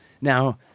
Now